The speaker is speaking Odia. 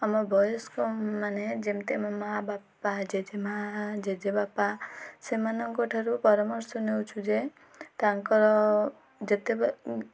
ଆମ ବୟସ୍କ ମାନେ ଯେମିତି ଆମ ମାଆ ବାପା ଜେଜେ ମାଆ ଜେଜେବାପା ସେମାନଙ୍କ ଠାରୁ ପରାମର୍ଶ ନେଉଛୁ ଯେ ତାଙ୍କର ଯେତେବେ